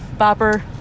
bopper